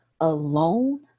alone